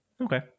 Okay